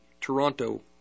Toronto